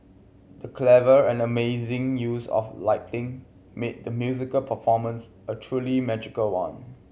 the clever and amazing use of lighting made the musical performance a truly magical one